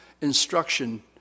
instruction